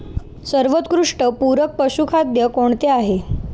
सर्वोत्कृष्ट पूरक पशुखाद्य कोणते आहे?